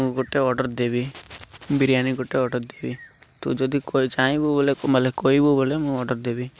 ମୁଁ ଗୋଟେ ଅର୍ଡର ଦେବି ବିରିୟାନୀ ଗୋଟେ ଅର୍ଡର ଦେବି ତୁ ଯଦି ଚାହିଁବୁ ବୋଇଲେ କହିବୁ ବୋଲେ ମୁଁ ଅର୍ଡର ଦେବି